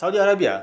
saudi arabia